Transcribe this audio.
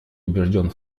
убежден